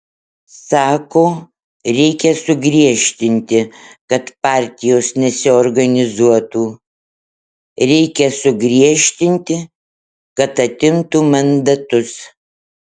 sako reikia sugriežtinti kad partijos nesiorganizuotų reikia sugriežtinti kad atimtų mandatus